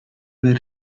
per